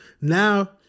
now